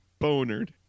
bonered